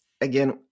again